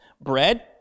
bread